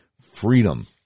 Freedom